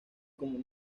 como